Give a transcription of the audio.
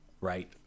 right